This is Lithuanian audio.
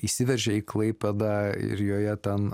įsiveržė į klaipėdą ir joje ten